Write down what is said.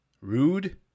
Rude